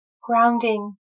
grounding